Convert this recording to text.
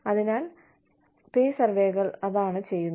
അതിനാൽ പേ സർവേകൾ അതാണ് ചെയ്യുന്നത്